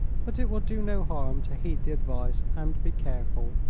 but it will do no harm to heed the advice, and be careful.